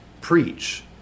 preach